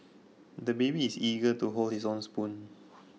the baby is eager to hold his own spoon